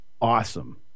awesome